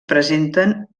presenten